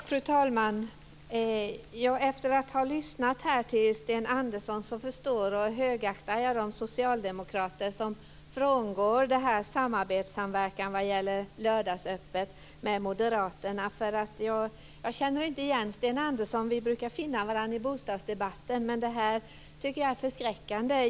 Fru talman! Efter att ha lyssnat till Sten Andersson förstår och högaktar jag de socialdemokrater som frångår samarbetet med moderaterna vad gäller lördagsöppet. Jag känner inte igen Sten Andersson. Vi brukar finna varandra i bostadsdebatten, men jag tycker att det här är förskräckande.